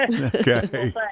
Okay